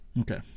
Okay